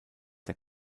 der